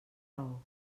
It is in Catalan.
raó